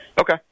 Okay